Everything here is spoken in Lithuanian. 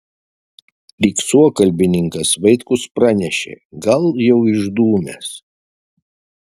lyg suokalbininkas vaitkus pranešė gal jau išdūmęs